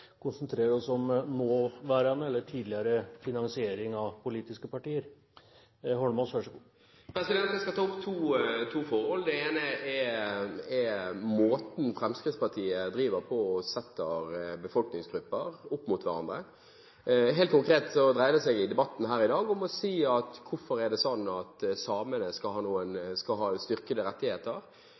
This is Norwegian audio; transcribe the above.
konsentrerer oss om nåværende eller tidligere finansiering av politiske partier, selv om jeg har forståelse for behovet for tilsvar. Jeg skal ta opp to forhold. Det ene er måten Fremskrittspartiet driver og setter befolkningsgrupper opp mot hverandre på. Helt konkret i debatten her i dag dreier det seg om at de spør hvorfor det er sånn at samene skal ha styrkede rettigheter. Hvorfor er det sånn at man skal